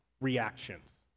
reactions